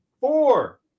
Four